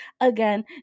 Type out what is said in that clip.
again